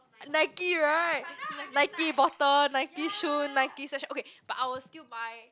Nike right Nike bottle Nike shoe Nike such okay but I will still buy